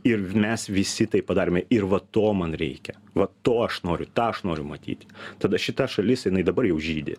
ir mes visi tai padarėme ir va to man reikia va to aš noriu tą aš noriu matyti tada šita šalis jinai dabar jau žydi